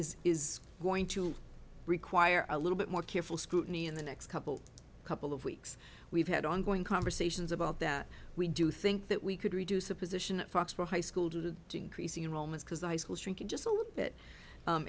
is is going to require a little bit more careful scrutiny in the next couple couple of weeks we've had ongoing conversations about that we do think that we could reduce a position at foxborough high school due to increasing in romans because i schools drinking just